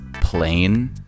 plain